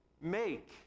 make